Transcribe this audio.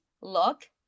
look